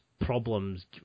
problems